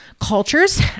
cultures